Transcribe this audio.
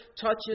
touches